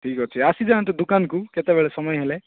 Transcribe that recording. ଠିକଅଛି ଆସିଯାନ୍ତୁ ଦୋକାନକୁ କେତେବେଳେ ସମୟ ହେଲେ